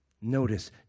Notice